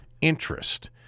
interest